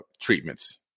treatments